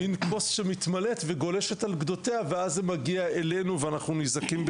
כמו מן כוס שמתמלאת וגולשת על גדותיה ואז זה מגיע אלינו ואנחנו ניזוקים,